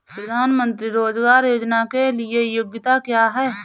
प्रधानमंत्री रोज़गार योजना के लिए योग्यता क्या है?